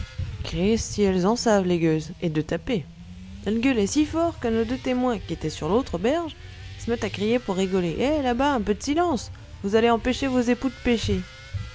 cristi elles en savent les gueuses et de tapés elles gueulaient si fort que nos deux témoins qui étaient sur l'autre berge s'mettent à crier pour rigoler eh là-bas un peu de silence vous allez empêcher vos époux de pêcher